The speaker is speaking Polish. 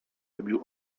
robił